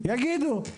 יגידו על